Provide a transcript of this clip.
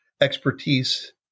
expertise